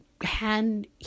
hand